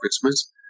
Christmas